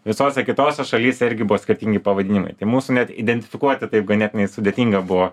visose kitose šalyse irgi buvo skirtingi pavadinimai tai mūsų net identifikuoti taip ganėtinai sudėtinga buvo